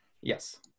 Yes